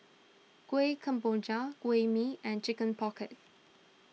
Kuih Kemboja Kuih Mee and Chicken Pocket